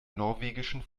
norwegischen